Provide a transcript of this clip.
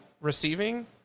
receiving